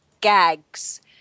gags